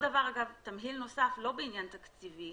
תמהיל נוסף לא בעניין תקציבי